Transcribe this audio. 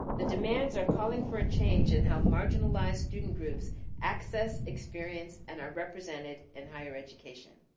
the demands are calling for a change in how marginalized student groups access, experience, and are represented in higher education.